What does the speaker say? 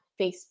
Facebook